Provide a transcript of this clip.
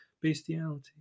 bestiality